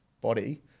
body